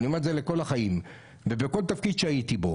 ואני אומר את זה לכול החיים ולכול תפקיד שהייתי בו: